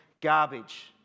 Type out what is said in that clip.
garbage